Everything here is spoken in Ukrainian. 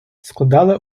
складали